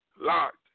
locked